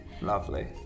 lovely